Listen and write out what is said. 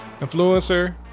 influencer